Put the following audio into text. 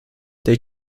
they